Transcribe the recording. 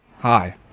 Hi